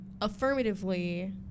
Affirmatively